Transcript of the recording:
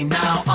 now